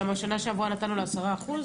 למה שנה שעברה נתנו לעשרה אחוז?